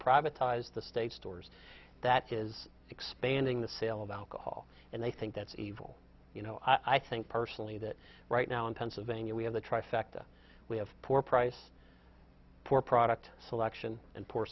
privatized the state stores that is expanding the sale of alcohol and they think that's evil you know i think personally that right now in pennsylvania we have the trifecta we have poor price poor product selection and poor